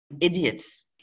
idiots